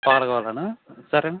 పాలు కావాలన్నా సరే అన్న